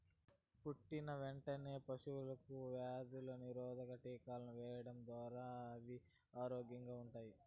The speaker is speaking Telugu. పుట్టిన వెంటనే పశువులకు వ్యాధి నిరోధక టీకాలు వేయించడం ద్వారా అవి ఆరోగ్యంగా ఉంటాయి